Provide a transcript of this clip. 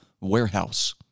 Warehouse